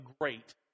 great